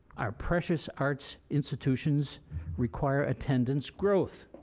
our precious arts institutions require attendance growth.